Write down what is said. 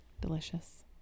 delicious